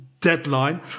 Deadline